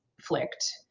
flicked